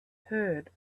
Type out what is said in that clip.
heard